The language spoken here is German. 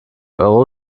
euro